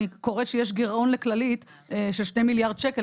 אני קוראת שיש לכללית גירעון של 2 מיליארד שקלים,